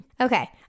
Okay